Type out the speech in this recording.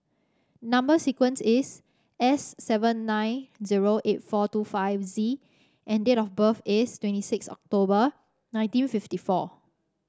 number sequence is S seven nine zero eight four two five Z and date of birth is twenty six October nineteen fifty four